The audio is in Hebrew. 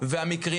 היא לא אמורה